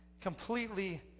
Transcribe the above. completely